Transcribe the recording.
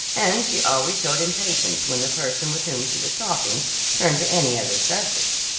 and she always showed impatience when the person with whom she was talking turned to any other subject.